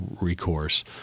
recourse